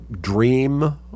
dream